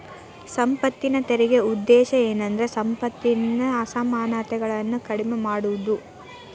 ಸಂಪತ್ತಿನ ತೆರಿಗೆ ಉದ್ದೇಶ ಏನಂದ್ರ ಸಂಪತ್ತಿನ ಅಸಮಾನತೆಗಳನ್ನ ಕಡಿಮೆ ಮಾಡುದು